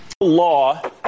law